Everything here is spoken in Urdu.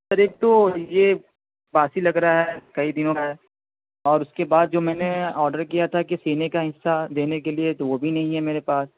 سر ایک تو یہ باسی لگ رہا ہے کئی دنوں کا ہے اور اس کے بعد جو میں نے آرڈر کیا تھا کہ سینے کا حصہ دینے کے لیے تو وہ بھی نہیں ہے میرے پاس